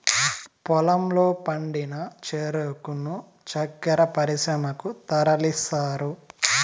పొలంలో పండిన చెరుకును చక్కర పరిశ్రమలకు తరలిస్తారు